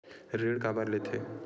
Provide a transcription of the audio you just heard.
ऋण काबर लेथे?